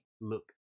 look